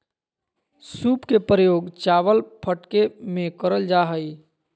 सूप के प्रयोग चावल फटके में करल जा हइ